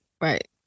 right